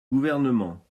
gouvernement